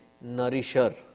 nourisher